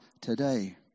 today